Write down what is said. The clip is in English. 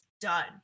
done